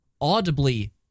audibly